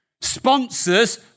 sponsors